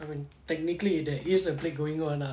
I mean technically there is a plague going on ah